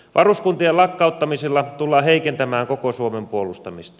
varuskuntien lakkauttamisilla tullaan heikentämään koko suomen puolustamista